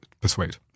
persuade